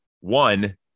One